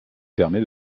permet